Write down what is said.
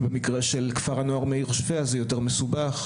במקרה של כפר הנוער מאיר שפיה זה יותר מסובך.